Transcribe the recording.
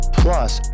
plus